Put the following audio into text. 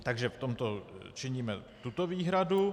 Takže v tomto činíme tuto výhradu.